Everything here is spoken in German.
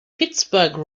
pittsburgh